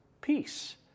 peace